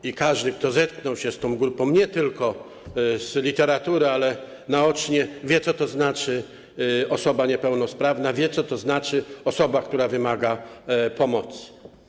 I każdy, kto zetknął się z tą grupą, nie tylko poprzez literaturę, ale naocznie, wie, co to znaczy osoba niepełnosprawna, wie, co to znaczy osoba, która wymaga pomocy.